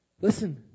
listen